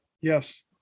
Yes